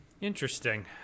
Interesting